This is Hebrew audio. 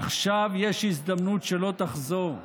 עכשיו יש הזדמנות שלא תחזור,